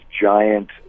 giant